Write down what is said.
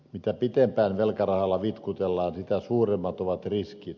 mitä pitempään velkarahalla vitkutellaan sitä suuremmat ovat riskit